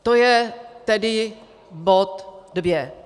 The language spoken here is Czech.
To je tedy bod dvě.